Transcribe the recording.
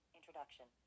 Introduction